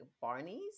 Barney's